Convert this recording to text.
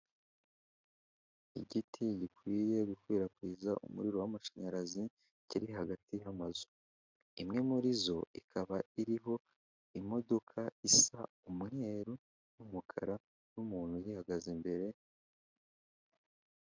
Igiti gikwiye gukwirakwiza umuriro w'amashanyarazi kiri hagati y'amazu, imwe muri zo ikaba iriho imodoka isa umweru n'umukara n'umuntu yihagaze imbere.